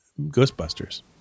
Ghostbusters